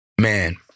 Man